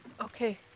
Okay